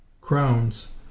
crowns